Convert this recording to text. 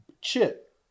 chip